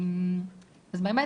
אז באמת,